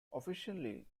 officially